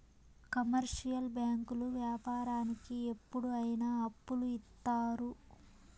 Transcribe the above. commercial బ్యాంకులు వ్యాపారానికి ఎప్పుడు అయిన అప్పులు ఇత్తారు